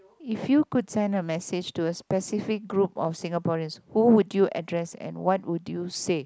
if you could send a message to a specific group of Singaporeans who would you address and what would you say